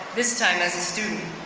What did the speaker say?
this time as a student.